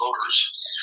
voters